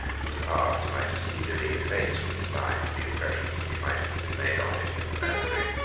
whose arts might speedily efface from his mind the impressions which might have been made on it in the nursery.